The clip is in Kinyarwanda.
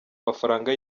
mafaranga